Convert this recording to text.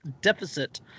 deficit